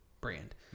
brand